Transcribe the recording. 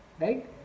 right